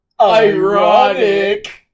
ironic